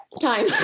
time